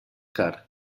car